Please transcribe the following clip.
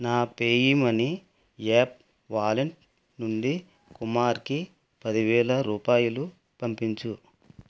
నా PayUmoney app wallet నుండి కుమార్కి పది వేల రూపాయలు పంపించు